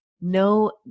No